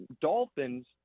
Dolphins